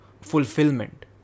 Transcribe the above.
fulfillment